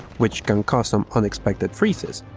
which can cause some unexpected freezes,